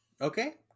Okay